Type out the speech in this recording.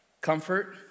comfort